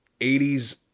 80s